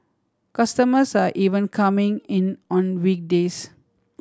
customers are even coming in on weekdays